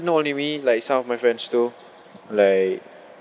not only me like some of my friends too like